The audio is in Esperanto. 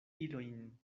ilojn